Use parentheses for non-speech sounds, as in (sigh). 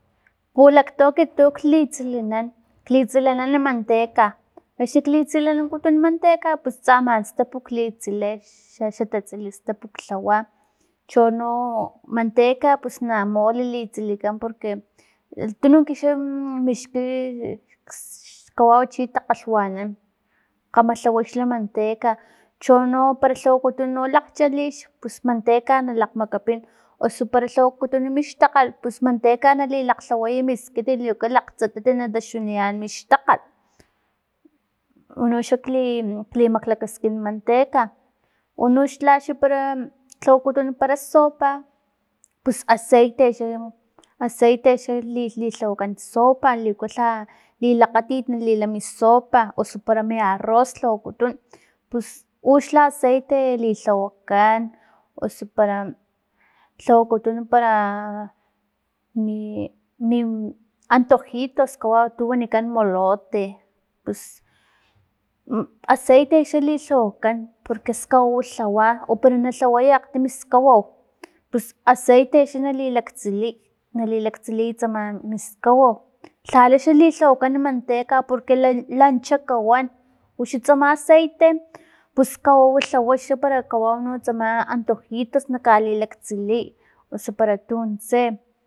Pulakto ekiti tuk litsilinan klitsilinan manteca axni klitsilinankutuna manteca pus tsaman stap klitsili xa tatsili stap ktlawa chono manteca pus namole li silikan porque tununk xa (hesitation) (unintelligible) kawau takgalhwanan kgama lhawa xa manteca, chono para lhawakutuna lakgchalix pus manteca na lakgmakapin osu para lhawakutunu mixtakgal pus manteca nali lakglhawaya miskitit liku lakgtsatata na taxtunian mixtakgal unoxa kli- klimaklakaskin manteca unoxla axnipara tlawakununa para sopa pus aceite xa aceite xa li lilhawakan sopa liku lha lilakgatit nalila mi sopa osu para mi arroz lhawakutun pus uxa aceite lilhawakan osu para lhawakutuna para mi- mi antojitos kawau ti wanikan molotes pus aceite xa lilhawakan porque skawau lhawa upero na lhaway akgtimi skawau pusaceite xa nali laktsiliy na lilaktsiliy tsama miskawau lhala xa lilhawakan manteca porque lanchaka wan uxa tsama aceite pus skawau lhawa xa para kawau no tsama antojitos na kalilaktsiliy osu para tuntse